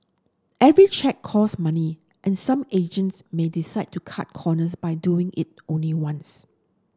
every check cost money and some agents may decide to cut corners by doing it only once